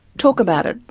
talk about it,